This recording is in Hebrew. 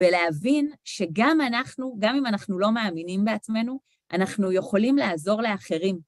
ולהבין שגם אנחנו, גם אם אנחנו לא מאמינים בעצמנו, אנחנו יכולים לעזור לאחרים.